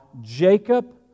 Jacob